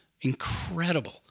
incredible